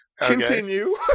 Continue